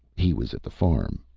he was at the farm,